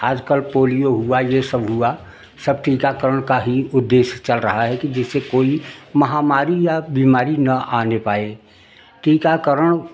आज कल पोलियो हुआ ये सब हुआ सब टीकाकरण का ही उद्देश्य चल रहा है कि जैसे कोई महामारी या बीमारी न आने पाए टीकाकरण